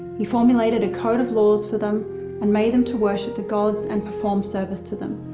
he formulated a code of laws for them and made them to worship the gods and perform service to them.